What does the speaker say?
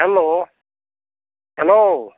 hello hello